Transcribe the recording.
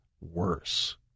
worse